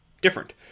different